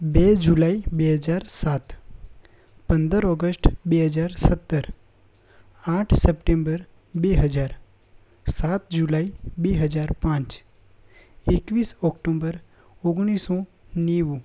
બે જુલાઇ બે હજાર સાત પંદર ઓગષ્ટ બે હજાર સત્તર આઠ સપ્ટેમ્બર બે હજાર સાત જુલાઇ બે હજાર પાંચ એકવીસ ઓક્ટોમ્બર ઓગણીસસો નેવું